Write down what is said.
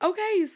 Okay